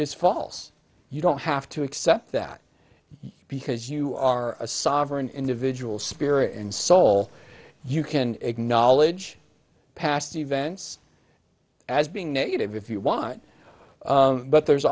is false you don't have to accept that because you are a sovereign individual spirit and soul you can acknowledge past events as being negative if you want but there's